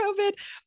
COVID